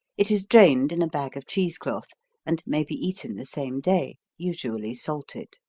it is drained in a bag of cheesecloth and may be eaten the same day, usually salted.